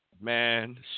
Man